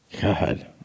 God